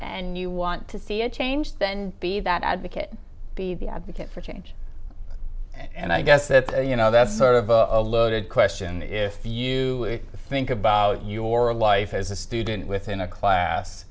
and you want to see a change then be that advocate be the advocate for change and i guess that you know that's sort of a loaded question if you think about your life as a student within a class